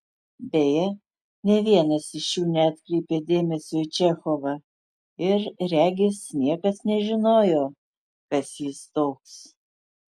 beje nė vienas iš jų neatkreipė dėmesio į čechovą ir regis niekas nežinojo kas jis toks